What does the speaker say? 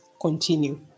continue